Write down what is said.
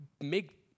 make